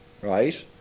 right